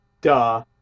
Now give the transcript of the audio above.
Duh